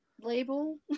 label